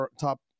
top